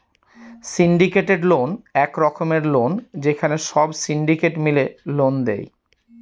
syndicated loan এক রকমের loan যেখানে সব সিন্ডিকেট মিলে লোন দেয়